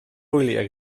wyliau